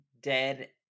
dead